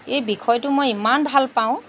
এই বিষয়টো মই ইমান ভাল পাওঁ